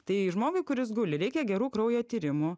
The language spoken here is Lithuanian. tai žmogui kuris guli reikia gerų kraujo tyrimų